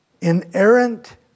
inerrant